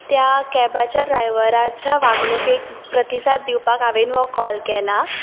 त्या कॅबाच्या ड्रायव्हराच्या वागणुकेक प्रतिसाद दिवपाक हावेंन हो कॉल केलां